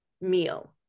meal